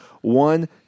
One